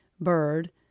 bird